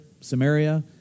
Samaria